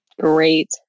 Great